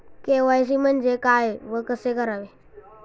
KYC म्हणजे काय व कसे करावे?